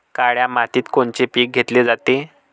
काळ्या मातीत कोनचे पिकं घेतले जाते?